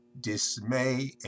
dismay